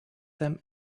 them